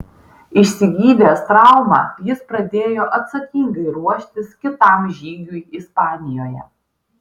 išsigydęs traumą jis pradėjo atsakingai ruoštis kitam žygiui ispanijoje